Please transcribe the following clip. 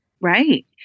Right